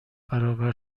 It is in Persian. برابر